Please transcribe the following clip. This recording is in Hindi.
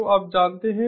तो आप जानते हैं